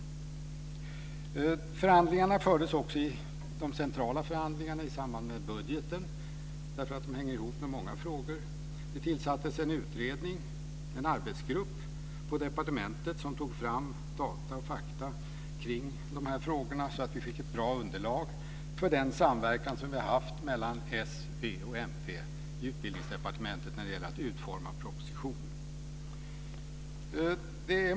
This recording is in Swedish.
Detta berördes av Eva Johansson i hennes anförande. Förhandlingar om detta fördes i samband med de centrala förhandlingarna om budgeten, eftersom detta hänger ihop med många andra frågor. Det tillsattes en arbetsgrupp på departementet vilken tog fram fakta i frågorna, så att vi fick ett bra underlag för den samverkan som vi har haft i Utbildningsdepartementet mellan s, v och mp när det gällt att utforma propositionen.